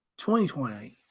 2020